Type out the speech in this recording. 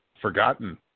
forgotten